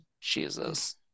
Jesus